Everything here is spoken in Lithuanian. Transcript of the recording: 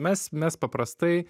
mes mes paprastai